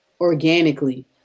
organically